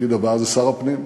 שר הפנים.